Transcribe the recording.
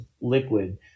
liquid